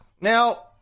Now